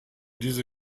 diese